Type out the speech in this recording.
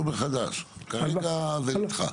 מחדש, כרגע זה נדחה.